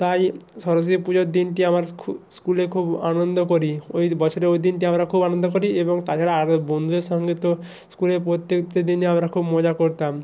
তাই সরস্বতী পুজোর দিনটি আমার স্কুলে খুব আনন্দ করি ওই বছরের ওই দিনটি আমরা খুব আনন্দ করি এবং তাছাড়া আরও বন্ধুদের সঙ্গে তো স্কুলে প্রত্যেকটা দিনই আমরা খুব মজা করতাম